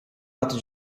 ato